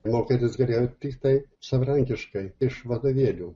mokytis galėjau tiktai savarankiškai iš vadovėlių